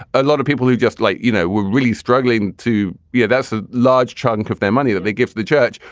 a lot of people who just like, you know, we're really struggling to. yeah, that's a large chunk of their money that they give to the church,